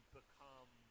become